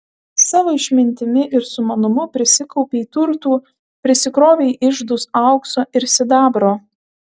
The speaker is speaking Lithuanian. savo išmintimi ir sumanumu prisikaupei turtų prisikrovei iždus aukso ir sidabro